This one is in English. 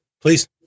please